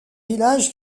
village